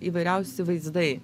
įvairiausi vaizdai